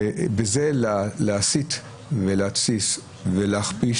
ובכך להסית, להתסיס, להכפיש